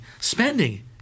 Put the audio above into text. Spending